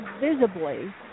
visibly